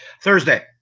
Thursday